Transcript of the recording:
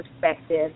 perspective